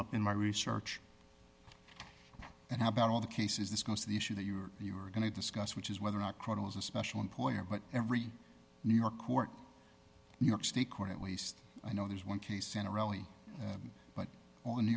up in my research and how about all the cases this goes to the issue that you were you were going to discuss which is whether or not credit was a special employer but every new york or new york state court at least i know there's one case in a rally but on a new